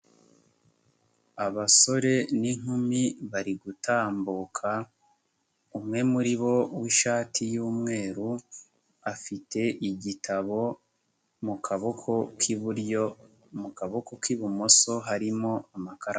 Abasore n'inkumi bari gutambuka, umwe muri bo w'ishati y'umweru, afite igitabo mu kaboko k'iburyo, mu kaboko k'ibumoso harimo amakaramu.